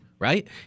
Right